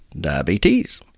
Diabetes